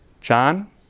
John